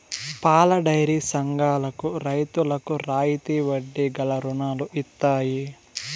పాలడైరీ సంఘాలకు రైతులకు రాయితీ వడ్డీ గల రుణాలు ఇత్తయి